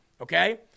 okay